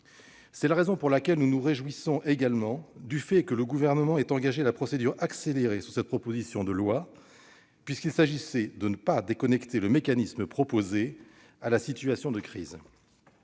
C'est la raison pour laquelle nous nous réjouissons également du fait que le Gouvernement ait engagé la procédure accélérée sur cette proposition de loi, puisqu'il s'agissait de ne pas déconnecter le mécanisme ainsi proposé de la situation de crise.